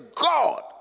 God